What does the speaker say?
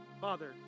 Father